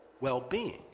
well-being